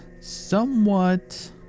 somewhat